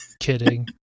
kidding